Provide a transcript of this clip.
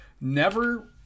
never-